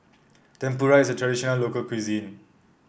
tempura is a traditional local cuisine